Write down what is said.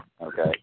Okay